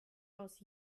aus